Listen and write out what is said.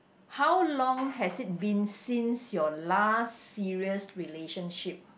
how long has it been since your last serious relationship